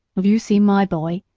have you seen my boy?